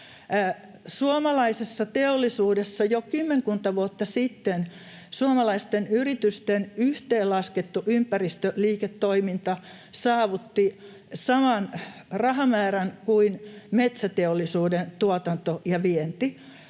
Suomalaisessa teollisuudessa jo kymmenkunta vuotta sitten suomalaisten yritysten yhteenlaskettu ympäristöliiketoiminta saavutti saman rahamäärän kuin metsäteollisuuden tuotanto ja vienti.